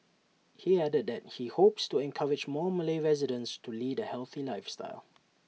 he added that he hopes to encourage more Malay residents to lead A healthy lifestyle